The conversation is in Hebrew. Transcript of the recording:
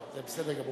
לא, זה בסדר גמור.